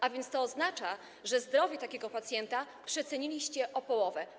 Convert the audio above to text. A więc to oznacza, że zdrowie takiego pacjenta przeceniliście o połowę.